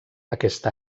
aquest